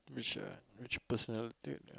which uh which personal trait